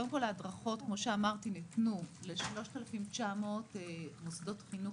כמו שאמרתי, ההדרכות ניתנו ל-3,900 מוסדות חינוך.